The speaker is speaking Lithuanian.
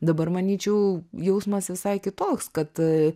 dabar manyčiau jausmas visai kitoks kad